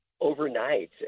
overnight